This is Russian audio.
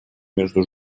между